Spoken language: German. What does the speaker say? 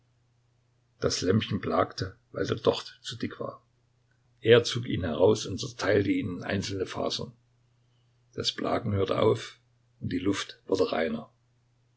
das lämpchen blakte weil der docht zu dick war er zog ihn heraus und zerteilte ihn in einzelne fasern das blaken hörte auf und die luft wurde reiner